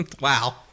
Wow